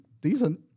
decent